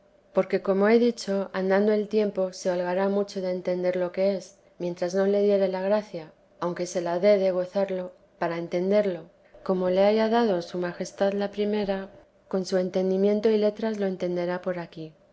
porque como he dicho andando teresa de jesús el tiempo se holgará mucho de entender lo que mientras no le diere la gracia aunque se la dé de gozarlo para entenderlo como le haya dado su majestad la primera con su entendimiento y letras lo entenderá por aquí